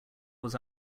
was